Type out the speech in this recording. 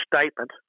statement